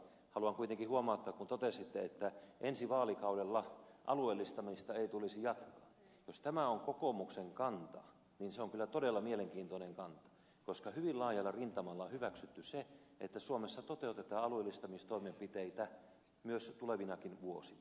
haluan kuitenkin huomauttaa että kun totesitte että ensi vaalikaudella alueellistamista ei tulisi jatkaa niin jos tämä on kokoomuksen kanta se on kyllä todella mielenkiintoinen kanta koska hyvin laajalla rintamalla on hyväksytty se että suomessa toteutetaan alueellistamistoimenpiteitä myös tulevina vuosina